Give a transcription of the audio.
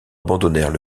abandonnèrent